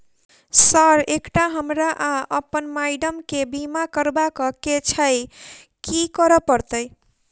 Sir एकटा हमरा आ अप्पन माइडम केँ बीमा करबाक केँ छैय की करऽ परतै?